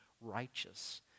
righteous